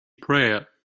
prayer